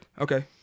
okay